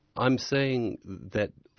i'm saying that